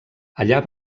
allà